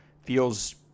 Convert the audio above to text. feels